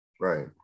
Right